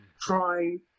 trying